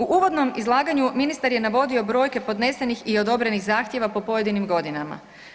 U uvodnom izlaganju ministar je navodio brojke podnesenih i odobrenih zahtjeva po pojedinim godinama.